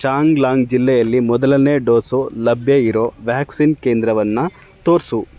ಚಾಂಗ್ಲಾಂಗ್ ಜಿಲ್ಲೆಯಲ್ಲಿ ಮೊದಲನೇ ಡೋಸು ಲಭ್ಯ ಇರೋ ವ್ಯಾಕ್ಸಿನ್ ಕೇಂದ್ರವನ್ನು ತೋರಿಸು